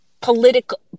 political